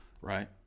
right